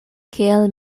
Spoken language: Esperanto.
kiel